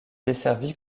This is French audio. desservie